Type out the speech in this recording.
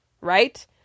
right